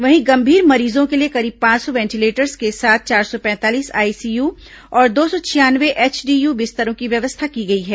वहीं गंभीर मरीजों के लिए करीब पांच सौ वेंटीलेटर्स के साथ चार सौ पैंतालीस आईसीयू और दो सौ छियानवे एचडीयू बिस्तरों की व्यवस्था की गई है